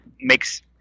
Makes